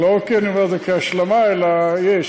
ולא כי אני אומר את זה כהשלמה, אלא יש.